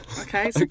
Okay